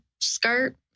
skirt